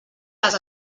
les